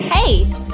Hey